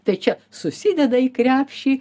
tai čia susideda į krepšį